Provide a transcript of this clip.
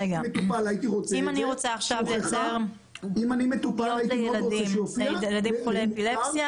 אם אני רוצה עכשיו לייצר לילדים חולי אפילפסיה